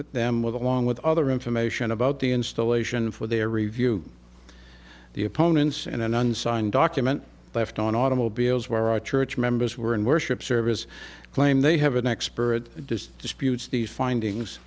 them with along with other information about the installation for their review the opponents and an unsigned document left on automobiles where our church members were in worship services claim they have an expert just disputes the findings